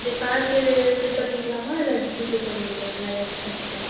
இது காசு இது பண்ணிடலாமா இல்லை ஜிபே பண்ணிடுற மாதிரி ஆப்ஷன் இருக்கா